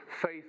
faith